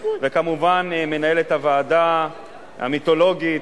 וכמובן מנהלת הוועדה המיתולוגית,